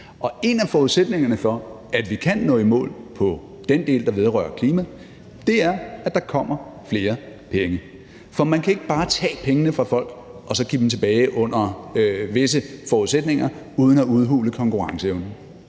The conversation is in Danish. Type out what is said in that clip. en af forudsætningerne for, at vi kan nå i mål på den del, der vedrører klima, er, at der kommer flere penge. For man kan ikke bare tage pengene fra folk og så give dem tilbage under visse forudsætninger uden at udhule konkurrenceevnen.